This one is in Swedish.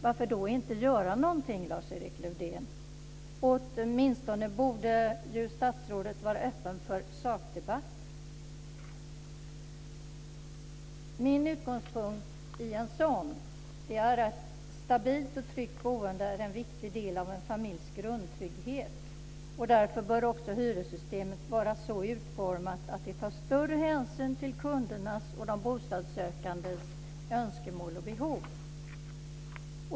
Varför då inte göra någonting, Lars-Erik Lövdén? Statsrådet borde åtminstone vara öppen för en sakdebatt. Min utgångspunkt i en sådan är att stabilt och tryggt boende är en viktig del av en familjs grundtrygghet. Därför bör också hyressystemet vara så utformat att det tar större hänsyn till kundernas och de bostadssökandes önskemål och behov.